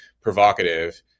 provocative